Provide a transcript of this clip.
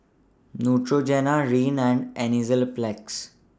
Neutrogena Rene and Enzyplex